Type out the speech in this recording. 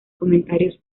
comentarios